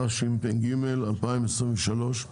התשפ"ג-2023.